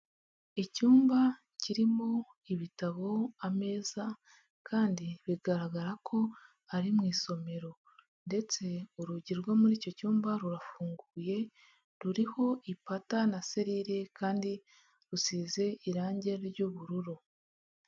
Icyumba kirimo ibitabo, ameza kandi bigaragara ko ari mu isomero ndetse urugi rwo muri icyo cyumba rurafunguye ruriho ipata na selire kandi rusize irange ry'ubururu.